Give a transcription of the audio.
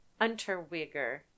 Unterweger